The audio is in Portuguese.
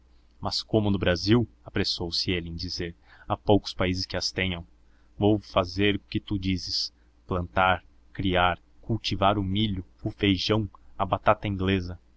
mas como no brasil apressou-se ele em dizer há poucos países que as tenham vou fazer o que tu dizes plantar criar cultivar o milho o feijão a